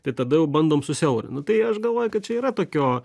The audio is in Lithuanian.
tai tada jau bandom susiaurin nu tai aš galvoju kad čia yra tokio